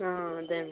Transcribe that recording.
అదేండి